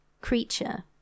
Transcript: creature